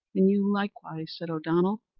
and you likewise, said o'donnell.